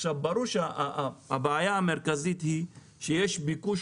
עכשיו ברור הבעיה המרכזית היא שיש ביקוש